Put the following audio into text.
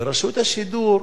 ורשות השידור,